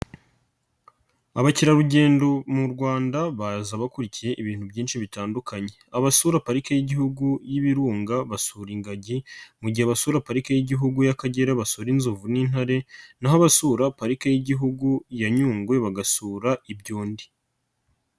Abakerarugendo mu Rwanda baza bakurikiye ibintu byinshi bitandukanye, abasura pariki y'Igihugu y'ibirunga basura ingagi, mu gihe basura pariki y'Igihugu y'Akagera basura inzovu n'intare na ho abasura parike y'Igihugu ya Nyungwe bagasura ibyondi.